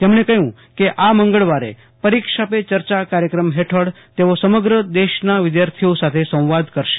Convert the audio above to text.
તેમજો કહ્યું કે આ મંગળવારે પરીક્ષા પે ચર્ચા કાર્યક્રમ હેઠળ તેઓ સમગ્ર દેશા વિદ્યાર્થીઓ સાથે સંવાદ કરશે